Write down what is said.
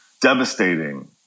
devastating